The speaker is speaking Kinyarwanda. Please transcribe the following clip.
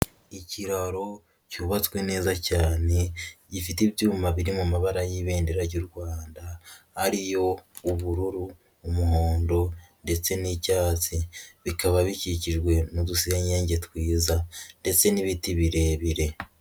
Ikiraro cyubatswe neza cyane, gifite ibyuma biri mu mabara y'ibendera ry'u Rwanda, ariyo ubururu, umuhondo ndetse n'icyatsi, bikaba bikikijwe n'udusenyenge twiza ndetse n'ibiti birebire.